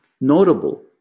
notable